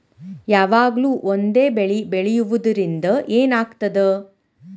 ಯಾವಾಗ್ಲೂ ಒಂದೇ ಬೆಳಿ ಬೆಳೆಯುವುದರಿಂದ ಏನ್ ಆಗ್ತದ?